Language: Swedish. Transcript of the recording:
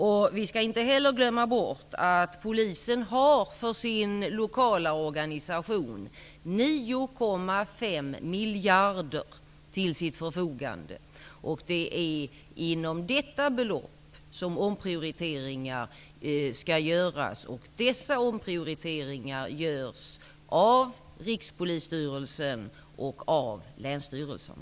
Vi skall inte heller glömma bort att Polisen har 9,5 miljarder kronor till sitt förfogande för sin lokala organisation. Det är inom ramen för detta belopp som omprioriteringar skall göras. Dessa omprioriteringar görs av Rikspolisstyrelsen och länsstyrelserna.